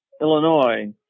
Illinois